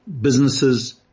Businesses